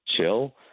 chill